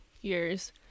years